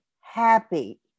happy